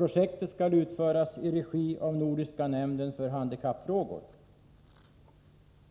Projektet skall utföras i regi av Nordiska nämnden för handikappfrågor.